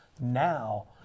now